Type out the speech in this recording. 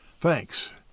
Thanks